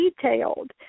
detailed